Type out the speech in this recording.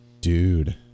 Dude